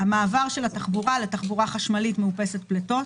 המעבר של התחבורה לתחבורה חשמלית מאופסת פליטות,